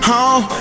Home